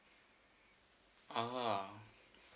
ah